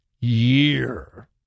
year